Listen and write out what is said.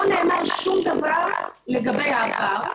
לא נאמר שום דבר לגבי העבר.